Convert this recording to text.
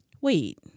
Wait